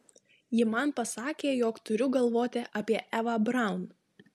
ji man pasakė jog turiu galvoti apie evą braun